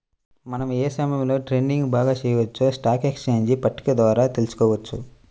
మనం ఏ సమయంలో ట్రేడింగ్ బాగా చెయ్యొచ్చో స్టాక్ ఎక్స్చేంజ్ పట్టిక ద్వారా తెలుసుకోవచ్చు